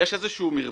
יש איזשהו מרווח